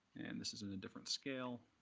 and this is on a different scale.